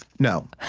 no.